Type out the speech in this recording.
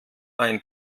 ein